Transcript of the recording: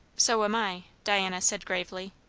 so am i, diana said gravely.